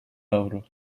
avro